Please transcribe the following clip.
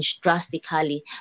drastically